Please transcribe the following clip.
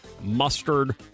mustard